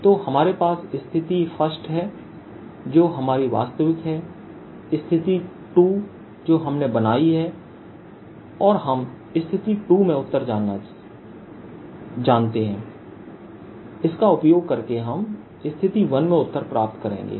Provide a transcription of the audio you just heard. तो हमारे पास स्थिति 1 है जो हमारी वास्तविक है स्थिति 2 जो हमने बनाई है और हम स्थिति 2 में उत्तर जानते हैं इसका उपयोग करके हम स्थिति 1 में उत्तर प्राप्त करेंगे